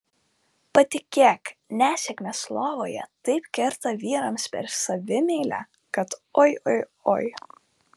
patikėk nesėkmės lovoje taip kerta vyrams per savimeilę kad oi oi oi